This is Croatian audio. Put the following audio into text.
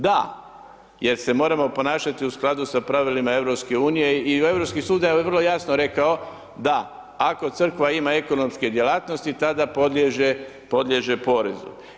Da, jer se moramo ponašati u skladu sa pravilima EU i Europski sud je vrlo jasno rekao da ako crkva ima ekonomske djelatnosti, tada podliježe porezu.